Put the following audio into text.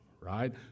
right